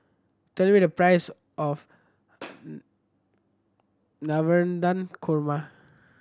tell me the price of Navratan Korma